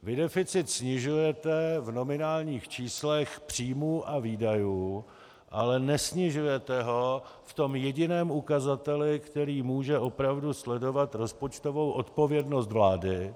Vy deficit snižujete v nominálních číslech příjmů a výdajů, ale nesnižujete ho v tom jediném ukazateli, který může opravdu sledovat rozpočtovou odpovědnost vlády.